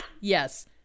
Yes